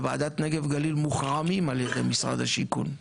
בוועדת נגב גליל מוחרמים על ידי משרד השיכון.